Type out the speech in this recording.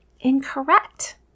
incorrect